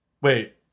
Wait